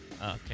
Okay